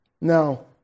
Now